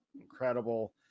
incredible